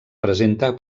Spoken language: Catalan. presenta